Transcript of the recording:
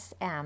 SM